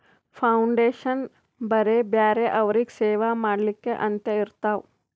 foundation ಬರೇ ಬ್ಯಾರೆ ಅವ್ರಿಗ್ ಸೇವಾ ಮಾಡ್ಲಾಕೆ ಅಂತೆ ಇರ್ತಾವ್